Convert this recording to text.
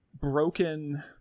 broken